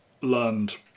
learned